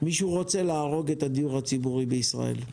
מישהו רוצה להרוג את הדיור הציבורי בישראל.